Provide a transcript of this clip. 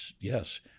Yes